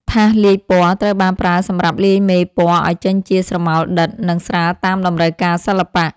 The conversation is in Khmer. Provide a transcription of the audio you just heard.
ថាសលាយពណ៌ ត្រូវបានប្រើសម្រាប់លាយមេពណ៌ឱ្យចេញជាស្រមោលដិត និងស្រាលតាមតម្រូវការសិល្បៈ។